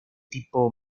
tipo